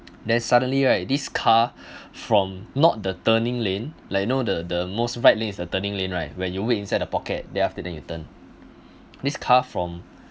then suddenly right this car from not the turning lane like you know the the most right lane is the turning lane right where you wait inside the pocket then after that you turn this car from